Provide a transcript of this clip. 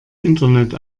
internet